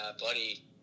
buddy